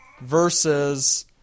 versus